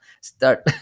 start